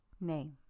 name